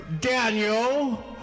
Daniel